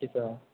டிப